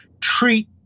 treat